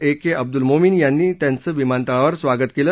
ए K Abdul Momin यांनी त्यांचं विमानतळावर स्वागत केलं